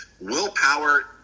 willpower